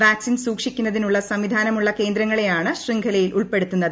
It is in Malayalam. വാക്സിൻ സൂക്ഷിക്കുന്നതിനുള്ള സംവിധാനമുള്ള കേന്ദ്രങ്ങളെയാണ് ശൃംഖലയിലുൾപ്പെടുത്തുന്നത്